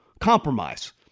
Compromise